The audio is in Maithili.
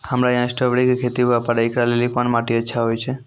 हमरा यहाँ स्ट्राबेरी के खेती हुए पारे, इकरा लेली कोन माटी अच्छा होय छै?